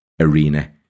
arena